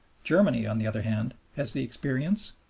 germany, on the other hand, has the experience,